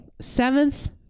seventh